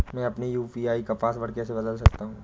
मैं अपने यू.पी.आई का पासवर्ड कैसे बदल सकता हूँ?